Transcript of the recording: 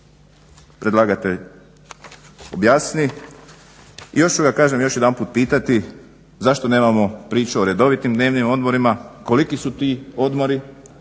predlagatelj objasni. Još ću ga jedanput pitati zašto nemamo priču o redovitim dnevnim odmorima, koliki su ti odmori,